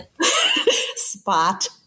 Spot